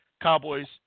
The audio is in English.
Cowboys